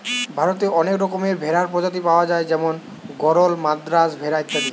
ভারতে অনেক রকমের ভেড়ার প্রজাতি পায়া যায় যেমন গরল, মাদ্রাজ ভেড়া ইত্যাদি